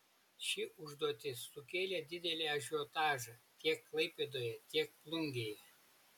ši užduotis sukėlė didelį ažiotažą tiek klaipėdoje tiek plungėje